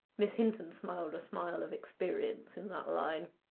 miss hinton smiled a smile of experience in that line.